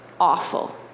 awful